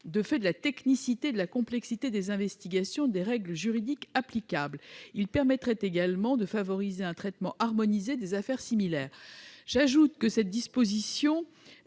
du fait de la technicité et de la complexité des investigations et des règles juridiques applicables. Il permettrait également de favoriser un traitement harmonisé des affaires similaires. Dans sa communication